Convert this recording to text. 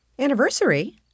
anniversary